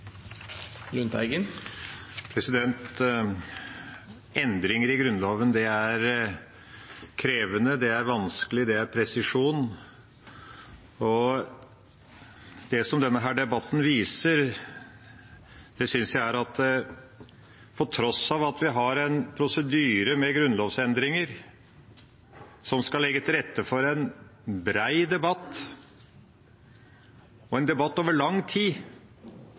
krevende, det er vanskelig, og det er presisjon. Det denne debatten viser, synes jeg er at på tross av at vi har en prosedyre med grunnlovsendringer som skal legge til rette for en bred debatt, og en debatt over lang tid,